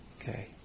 Okay